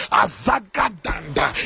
azagadanda